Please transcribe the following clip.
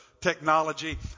technology